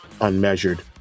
unmeasured